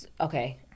Okay